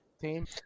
team